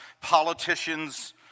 politicians